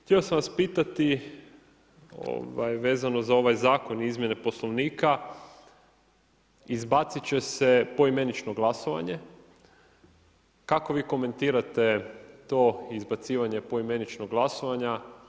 Htio sam pitati vezano za ovaj zakon, izmjene Poslovnika izbacit će se poimenično glasovanje, kako vi komentirate to izbacivanje poimeničnog glasovanja?